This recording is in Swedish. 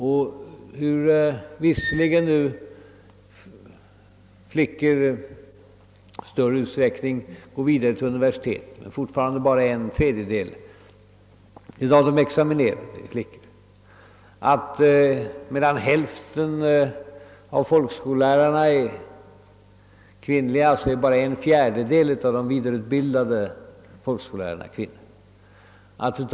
Nu går visserligen flickor i större utsträckning vidare till universitet, men fortfarande är bara en tredjedel av de utexaminerade flickor. Medan hälften av folkskollärarna är kvinnliga, är bara en fjärdedel av de vidareutbildade folkskollärarna kvinnliga.